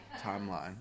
timeline